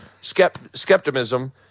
Skepticism